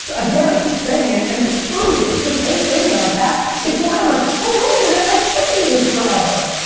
again, i keep saying it, and it's funny, it's this whole thing that i'm, it's why i'm like, oh wait a minute, i can do this forever.